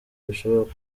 bishobora